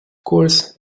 course